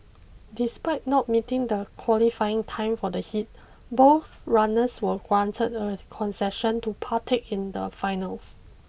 despite not meeting the qualifying time for the heat both runners were granted a concession to partake in the finals